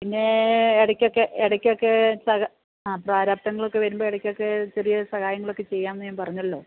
പിന്നേ ഇടയ്ക്കൊക്കെ ഇടയ്ക്കൊക്കെ ആ പ്രാരാബ്ദങ്ങളൊക്കെ വരുമ്പോള് ഇടയ്ക്കൊക്കെ ചെറിയ സഹായങ്ങളൊക്കെ ചെയ്യാമെന്ന് ഞാൻ പറഞ്ഞുവല്ലോ